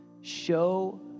Show